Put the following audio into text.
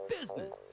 business